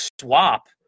swap